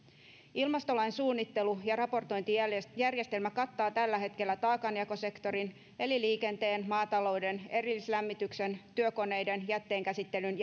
ilmastolain suunnittelu ja raportointijärjestelmä kattaa tällä hetkellä taakanjakosektorin eli liikenteen maatalouden erillislämmityksen työkoneiden jätteenkäsittelyn